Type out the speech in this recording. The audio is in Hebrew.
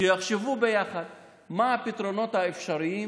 שיחשבו ביחד מה הפתרונות האפשריים